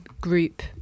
group